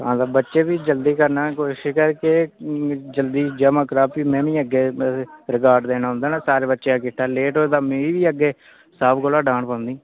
हां ते बच्चे भी जल्दी करना कोशिश कर केह् जल्दी जमा करा भी में बी अग्गें रिकार्ड देना होंदा ना सारे बच्चे दा किट्ठा लेट होए तां मिगी बी अग्गें साह्ब कोला डांट पौनी